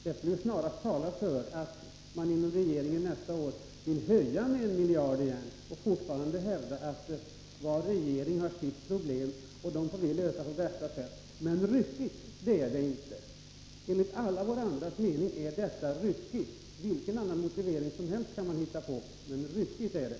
Det skulle i så fall närmast tala för att man inom regeringen nästa år skulle höja subventionerna med en miljard igen och fortfarande hävda att varje regering har sitt problem och att de måste lösas på bästa sätt. Men någon ryckighet skulle det alltså inte innebära. Enligt alla andras mening är detta ryckigt. Vilken annan motivering som helst kan man hitta på, men ryckigt är det.